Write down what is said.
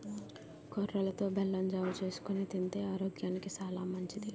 కొర్రలతో బెల్లం జావ చేసుకొని తింతే ఆరోగ్యానికి సాలా మంచిది